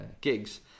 gigs